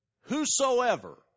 whosoever